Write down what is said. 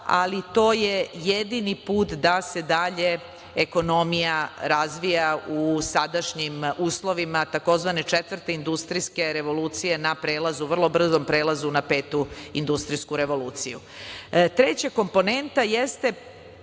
ali to je jedini put da se dalje ekonomija razvija u sadašnjim uslovima tzv. četvrte industrijske revolucije na prelazu, vrlo brzom prelazu na petu industrijsku revoluciju. Treća komponenta jeste